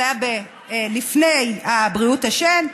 זה היה לפני בריאות השן,